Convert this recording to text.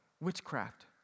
Witchcraft